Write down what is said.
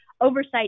Oversight